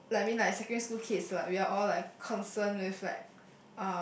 like mean like secondary school kids lah we are all like concern with like